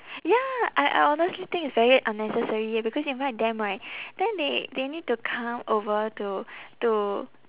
ya I I honestly think it's very unnecessary here because invite them right then they they need to come over to to